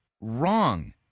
Wrong